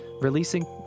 releasing